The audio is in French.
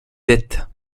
dettes